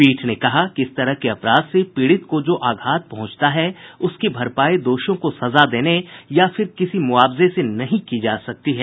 पीठ ने कहा कि इस तरह के अपराध से पीड़ित को जो आघात पहुंचता है उसकी भरपाई दोषियों को सजा देने या फिर किसी मुआवजे से नहीं की जा सकती है